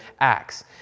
acts